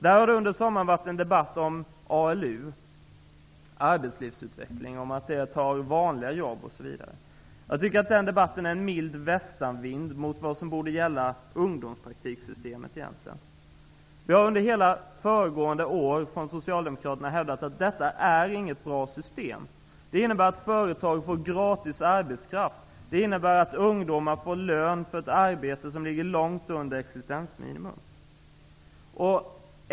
Där har det under sommaren varit en debatt om att ALU, arbetslivsutveckling, tar vanliga jobb. Jag tycker att den debatten egentligen är en mild västanvind mot vad som borde gälla ungdomspraktiksystemet. Vi socialdemokrater har hela föregående år hävdat att detta inte är något bra system. Det innebär att företag får gratis arbetskraft. Det innebär att ungdomar för sitt arbete får en lön som ligger långt under existensminimum.